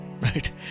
right